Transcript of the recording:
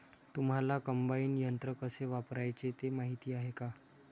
तुम्हांला कम्बाइन यंत्र कसे वापरायचे ते माहीती आहे का?